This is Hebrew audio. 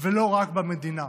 ולא רק במדינה.